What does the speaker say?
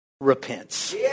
repents